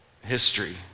history